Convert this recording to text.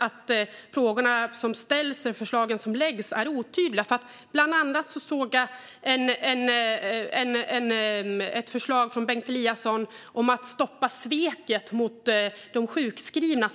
att frågorna som ställs eller förslagen som läggs fram är otydliga? Bland annat har jag sett ett förslag från Bengt Eliasson om att stoppa sveket mot de sjukskrivna.